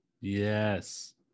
yes